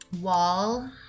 wall